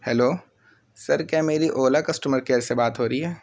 hello sir کیا میری Ola customer care سے بات ہو رہی ہے